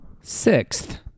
Sixth